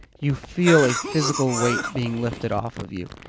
you feel a physical weight being lifted off of you.